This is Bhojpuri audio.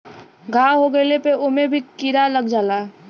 घाव हो गइले पे ओमे भी कीरा लग जाला